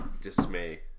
dismay